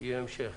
יהיה המשך.